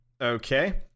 Okay